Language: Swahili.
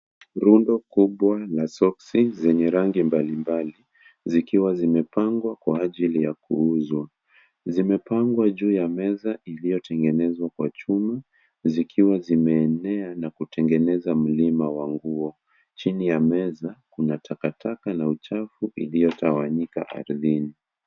Rundo kubwa la soksi zenye rangi mbalimbali zikiwa zimepangwa kwa ajili ya kuuzwa. Zimepangwa juu ya meza iloyotengenezwa kwa chuma zikiwa zimeenea na kutengeneza mlima wa nguo. Chini ya meza kuna takataka na uchafu iliyotawanyika ardhini.